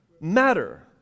matter